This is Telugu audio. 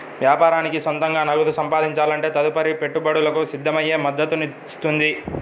వ్యాపారానికి సొంతంగా నగదు సంపాదించే తదుపరి పెట్టుబడులకు సిద్ధమయ్యే మద్దతునిస్తుంది